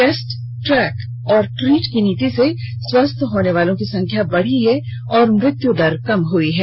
test track और treat की नीति से स्वस्थ होने वालों की संख्या बढ़ी है और मृत्यु दर कम हुई है